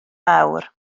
fawr